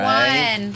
one